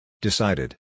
Decided